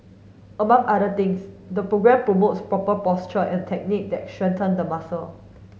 among other things the programme promotes proper posture and technique that strengthen the muscle